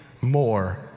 more